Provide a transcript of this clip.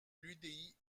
l’udi